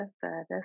further